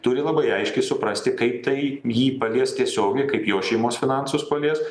turi labai aiškiai suprasti kaip tai jį palies tiesiogiai kaip jo šeimos finansus palies